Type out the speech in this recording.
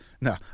No